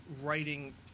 writing